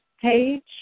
page